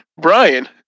Brian